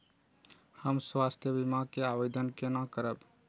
हम स्वास्थ्य बीमा के आवेदन केना करब?